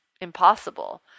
impossible